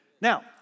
Now